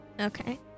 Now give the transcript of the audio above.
Okay